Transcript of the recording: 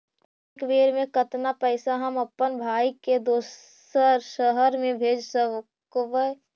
एक बेर मे कतना पैसा हम अपन भाइ के दोसर शहर मे भेज सकबै?